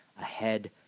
ahead